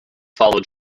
followed